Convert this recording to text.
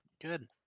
good